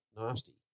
nasty